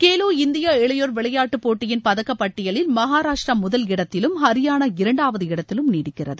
Khelo India இளையோர் விளையாட்டுப் போட்டியின் பதக்கப்பட்டியலில் மகாராஷ்டிரா முதல் இடத்திலும் ஹரியானா இரண்டாவது இடத்திலும் நீடிக்கிறது